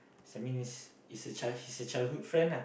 so I mean he's he's a child he's a childhood friend ah